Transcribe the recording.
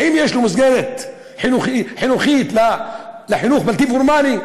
האם יש לו מסגרת חינוכית לחינוך בלתי פורמלי?